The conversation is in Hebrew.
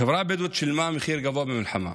החברה הבדואית שילמה מחיר גבוה במלחמה,